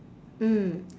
mm